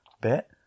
bit